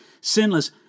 sinless